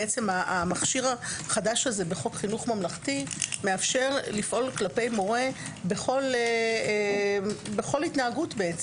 המכשיר החדש הזה בחוק חינוך ממלכתי מאפשר לפעול כלפי מורה בכל התנהגות.